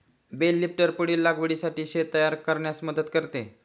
bell lifter पुढील लागवडीसाठी शेत तयार करण्यास मदत करते